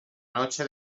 noche